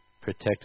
protect